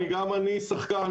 גם אני שחקן,